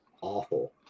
awful